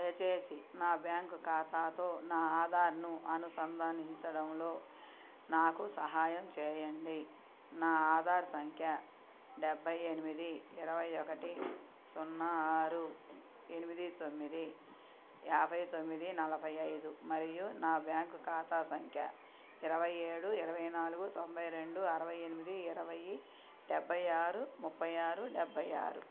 దయచేసి నా బ్యాంకు ఖాతాతో నా ఆధార్ను అనుసంధానించడంలో నాకు సహాయం చేయండి నా ఆధార్ సంఖ్య డెబ్బై ఎనిమిది ఇరవై ఒకటి సున్నా ఆరు ఎనిమిది తొమ్మిది యాభై తొమ్మిది నలభై ఐదు మరియు నా బ్యాంకు ఖాతా సంఖ్య ఇరవై ఏడు ఇరవై నాలుగు తొంభై రెండు అరవై ఎనిమిది ఇరవై డెబ్బై ఆరు ముప్పై ఆరు డెబ్బై ఆరు